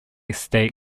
stake